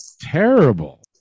Terrible